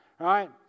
right